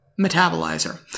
metabolizer